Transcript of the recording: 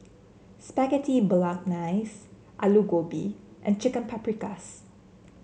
Spaghetti Bolognese Alu Gobi and Chicken Paprikas